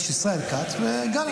יש ישראל כץ וגלנט.